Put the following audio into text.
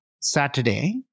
Saturday